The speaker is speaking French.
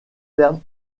fermes